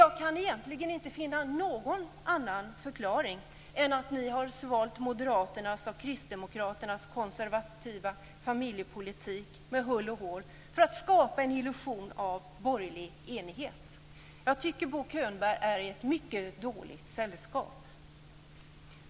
Jag kan egentligen inte finna någon annan förklaring än att ni har svalt moderaternas och kristdemokraternas konservativa familjepolitik med hull och hår för att skapa en illusion om borgerlig enighet. Jag tycker att Bo Könberg är i mycket dåligt sällskap.